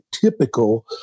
typical